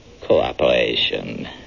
cooperation